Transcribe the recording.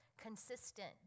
consistent